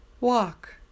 Walk